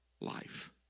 life